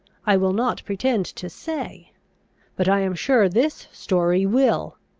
i will not pretend to say but i am sure this story will.